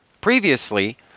Previously